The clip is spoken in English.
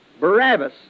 Barabbas